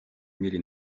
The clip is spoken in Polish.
mieli